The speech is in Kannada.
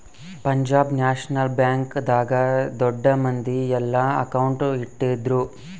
ಪಂಜಾಬ್ ನ್ಯಾಷನಲ್ ಬ್ಯಾಂಕ್ ದಾಗ ದೊಡ್ಡ ಮಂದಿ ಯೆಲ್ಲ ಅಕೌಂಟ್ ಇಟ್ಟಿದ್ರು